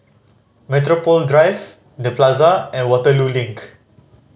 Metropole Drive The Plaza and Waterloo Link